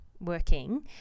working